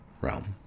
realm